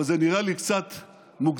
אבל זה נראה לי קצת מוגזם.